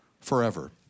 forever